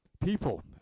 People